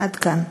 עד כאן.